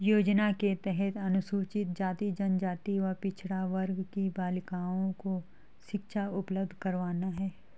योजना के तहत अनुसूचित जाति, जनजाति व पिछड़ा वर्ग की बालिकाओं को शिक्षा उपलब्ध करवाना है